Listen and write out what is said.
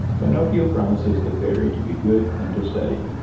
pinocchio promises the fairy to be good and to study,